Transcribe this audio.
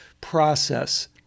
process